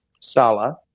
Salah